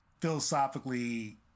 philosophically